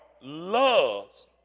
loves